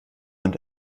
und